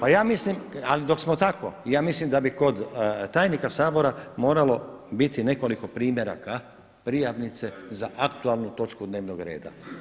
Ali ja mislim ali dok smo tamo, ja mislim da bi kod tajnika Sabora moralo biti nekoliko primjeraka prijavnica za aktualnu točku dnevnog reda.